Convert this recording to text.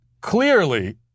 Clearly